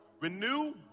renew